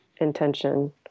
intention